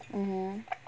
(uh huh)